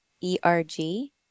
E-R-G